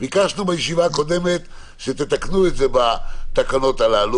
ביקשנו בישיבה הקודמת שתתקנו את זה בתקנות הללו